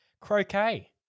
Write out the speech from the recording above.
Croquet